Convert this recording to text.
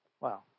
Wow